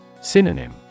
Synonym